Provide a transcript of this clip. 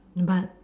but